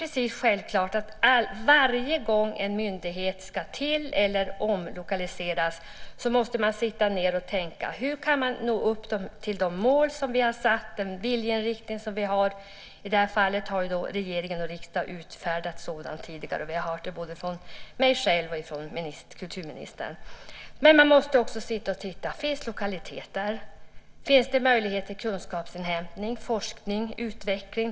Det är självklart att varje gång en myndighet ska till eller omlokaliseras måste man sitta ned och tänka: Hur kan man nå upp till de mål som vi har satt och den viljeinriktning som vi har? I det här fallet har regeringen och riksdagen utfärdat sådana tidigare. Det har vi hört både från mig och från kulturministern. Men man måste också se om det finns lokaliteter, om det finns möjlighet till kunskapsinhämtning, forskning och utveckling.